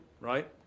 right